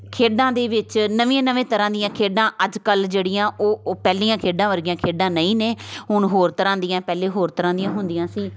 ਖੇਡਾਂ ਦੇ ਵਿੱਚ ਨਵੀਆਂ ਨਵੇਂ ਤਰ੍ਹਾਂ ਦੀਆਂ ਖੇਡਾਂ ਅੱਜ ਕੱਲ੍ਹ ਜਿਹੜੀਆਂ ਉਹ ਪਹਿਲੀਆਂ ਖੇਡਾਂ ਵਰਗੀਆਂ ਖੇਡਾਂ ਨਹੀਂ ਨੇ ਹੁਣ ਹੋਰ ਤਰ੍ਹਾਂ ਦੀਆਂ ਪਹਿਲੇ ਹੋਰ ਤਰ੍ਹਾਂ ਦੀਆਂ ਹੁੰਦੀਆਂ ਸੀ